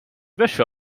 wäsche